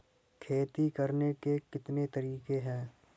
खेती करने के कितने तरीके हैं?